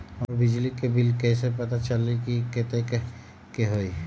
हमर बिजली के बिल कैसे पता चलतै की कतेइक के होई?